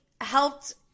helped